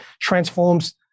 transforms